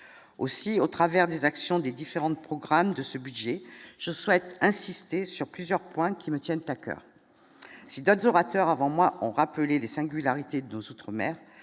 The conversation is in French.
aussi au travers des actions des différentes programmes de ce budget, je souhaite insister sur plusieurs points qui me tiennent à coeur : SIDA : des orateurs avant moi, ont rappelé les singularités de s'outre-mer